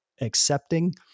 accepting